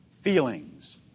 Feelings